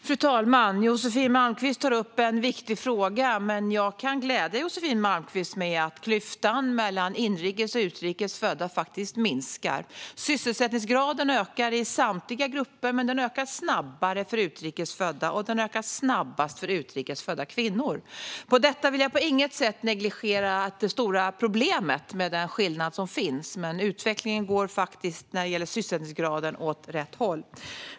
Fru talman! Josefin Malmqvist tar upp en viktig fråga. Jag kan dock glädja Josefin Malmqvist med att klyftan mellan inrikes och utrikes födda faktiskt minskar. Sysselsättningsgraden ökar i samtliga grupper, men den ökar snabbare för utrikes födda och den ökar snabbast för utrikes födda kvinnor. Med detta vill jag på inget sätt negligera det stora problemet med den skillnad som finns, men utvecklingen när det gäller sysselsättningsgraden går faktiskt åt rätt håll.